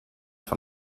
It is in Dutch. van